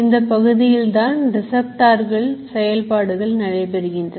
இந்த பகுதியில்தான் Receptor ங்களின் செயல்பாடுகள் நடைபெறுகின்றன